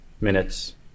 minutes